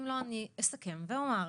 אם לא, אני אסכם ואומר.